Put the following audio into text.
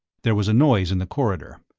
there was a noise in the corridor.